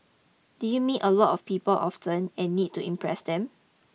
do you meet a lot of people often and need to impress them